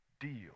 Deal